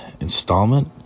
installment